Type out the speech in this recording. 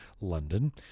London